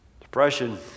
Depression